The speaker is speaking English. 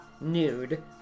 nude